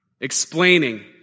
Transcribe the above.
explaining